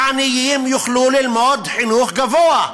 עניים יוכלו ללמוד בחינוך הגבוה,